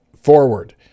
forward